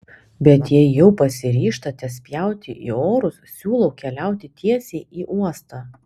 bet jei jau pasiryžtate spjauti į orus siūlau keliauti tiesiai į uostą